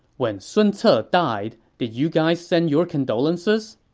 when sun ce ah died, did you guys send your condolences?